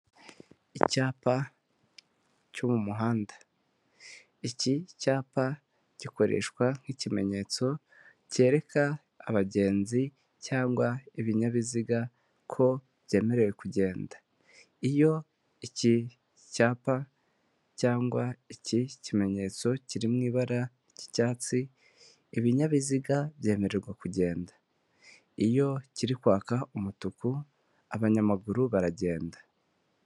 Icyapa cyo mu muhanda, iki cyapa gikoreshwa nk'ikimenyetso cyereka abagenzi cyangwa ibinyabiziga ko byemerewe kugenda, iyo iki cyapa cyangwa iki kimenyetso kiri mu ibara ry'icyatsi ibinyabiziga byemererwa kugenda iyo kiri kwaka umutuku abanyamaguru baragenda.